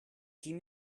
give